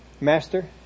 Master